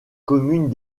communes